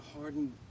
hardened